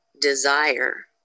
desire